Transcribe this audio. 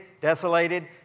desolated